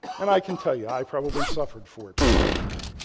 and i can tell you, i probably suffered for it professionally.